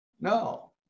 No